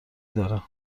داره